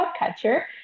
podcatcher